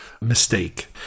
mistake